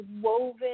woven